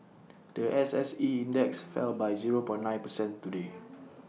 The S S E index fell by zero point nine percent today